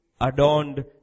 adorned